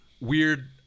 weird